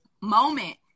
moment